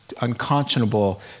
unconscionable